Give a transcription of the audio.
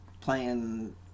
playing